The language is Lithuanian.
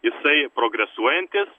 jisai progresuojantis